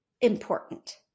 important